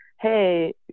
hey